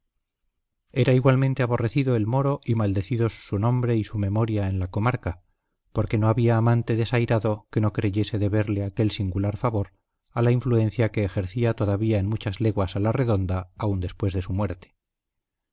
era igualmente aborrecido el moro y maldecidos su nombre y su memoria en la comarca porque no había amante desairado que no creyese deberle aquel singular favor a la influencia que ejercía todavía en muchas leguas a la redonda aun después de su muerte